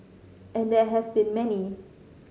and there have been many